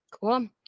Cool